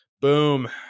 boom